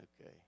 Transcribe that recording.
Okay